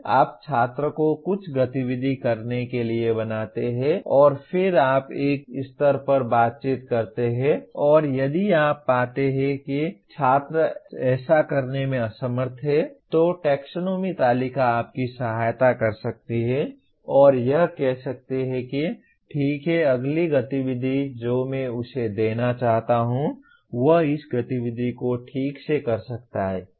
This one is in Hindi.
आप छात्र को कुछ गतिविधि करने के लिए बनाते हैं और फिर आप एक से एक स्तर पर बातचीत करते हैं और यदि आप पाते हैं कि छात्र ऐसा करने में असमर्थ है तो टेक्सोनोमी तालिका आपकी सहायता कर सकती है और कह सकती है कि ठीक है अगली गतिविधि जो मैं उसे देना चाहता हूं वह इस गतिविधि को ठीक से कर सकता है